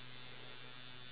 hold on